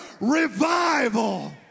revival